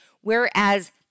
whereas